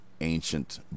ancient